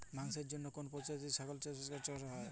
মাংসের জন্য কোন প্রজাতির ছাগল বেশি কার্যকরী হবে?